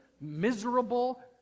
miserable